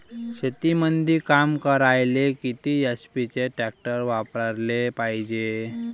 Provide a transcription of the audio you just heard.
शेतीमंदी काम करायले किती एच.पी चे ट्रॅक्टर वापरायले पायजे?